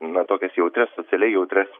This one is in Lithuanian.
na tokias jautrias socialiai jautrias